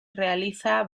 realiza